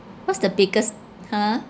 what's the biggest !huh!